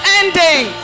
ending